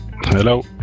Hello